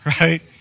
right